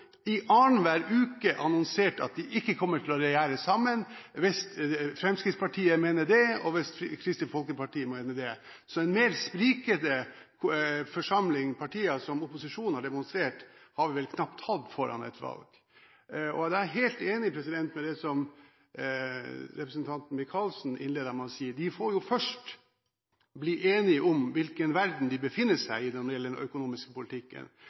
har annenhver uke annonsert at de ikke kommer til å regjere sammen hvis Fremskrittspartiet mener det, og hvis Kristelig Folkeparti mener det. En mer sprikende samling av partier enn det opposisjonen har demonstrert, har vi vel knapt hatt foran et valg. Jeg er helt enig i det som representanten Torgeir Micaelsen innledet med å si, at de får først bli enige om hvilken verden de befinner seg i når det gjelder den økonomiske politikken.